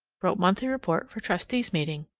wrote monthly report for trustees' meeting.